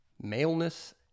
maleness